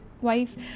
wife